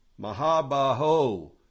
Mahabaho